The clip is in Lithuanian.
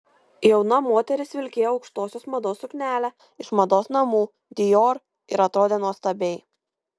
jauna moteris vilkėjo aukštosios mados suknelę iš mados namų dior ir atrodė nuostabiai